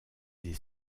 des